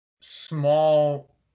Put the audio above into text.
small